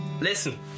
Listen